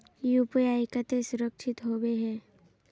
UPI केते सुरक्षित होबे है?